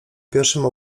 pierwszym